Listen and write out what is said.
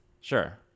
Sure